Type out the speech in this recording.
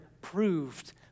proved